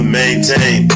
maintain